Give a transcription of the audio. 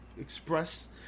Express